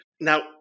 Now